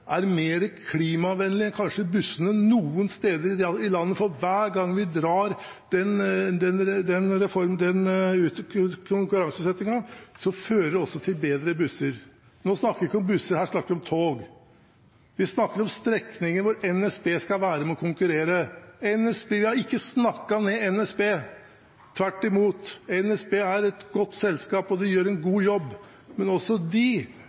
er mer klimavennlige enn bussene andre steder i landet, for hver gang vi har den konkurranseutsettingen, får vi også bedre busser. Nå snakker vi ikke om busser, her snakker vi om tog. Vi snakker om strekninger hvor NSB skal være med og konkurrere. Jeg har ikke snakket ned NSB, tvert imot. NSB er et godt selskap, og de gjør en god jobb. Men også de